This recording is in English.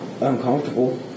uncomfortable